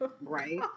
Right